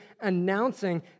announcing